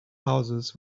houses